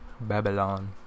Babylon